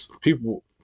people